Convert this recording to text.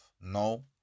No